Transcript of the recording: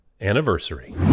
anniversary